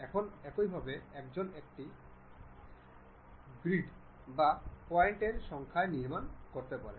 এখন এইভাবে একজন একটি আয়তক্ষেত্রাকার গ্রিড বা পয়েন্ট এর সংখ্যা নির্মাণ করতে পারে